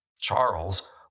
Charles